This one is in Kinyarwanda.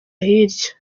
hirya